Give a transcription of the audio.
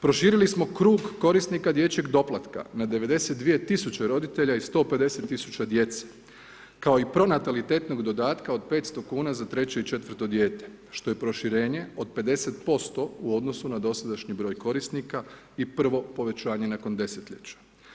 Proširili smo krug korisnika dječjeg doplatka na 92 tisuće roditelja i 150 tisuća djece kao i pronatalitetnog dodatka od 500 kuna za 3. i 4. dijete što je proširenje od 50% u odnosu na dosadašnji broj korisnika i prvo povećanje nakon desetljeća.